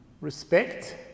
respect